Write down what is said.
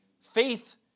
Faith